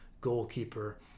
goalkeeper